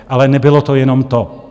Ale nebylo to jenom to.